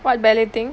what ballet thing